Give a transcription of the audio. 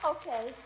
Okay